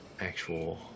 actual